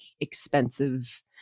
expensive